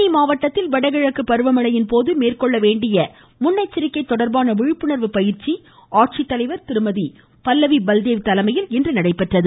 தேனி மாவட்டத்தில் வடகிழக்கு பருவமழையின் போது மேற்கொள்ள வேண்டிய முன்னெச்சரிக்கை தொடர்பான விழிப்புணர்வு பயிற்சி மாவட்ட ஆட்சித்தலைவர் திருமதி பல்லவி பல்தேவ் தலைமையில் இன்று நடைபெற்றது